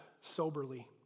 soberly